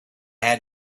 had